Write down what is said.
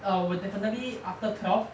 I will definitely after twelve